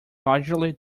largely